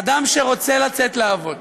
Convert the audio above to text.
אדם שרוצה לצאת לעבוד,